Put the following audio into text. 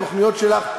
התוכניות שלך,